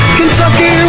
Kentucky